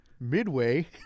Midway